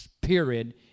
period